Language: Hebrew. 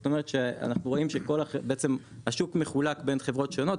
זאת אומרת שאנחנו רואים שבעצם החוק מחולק בין חברות שונות,